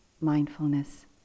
mindfulness